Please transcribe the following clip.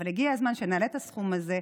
אבל הגיע הזמן שנעלה את הסכום הזה.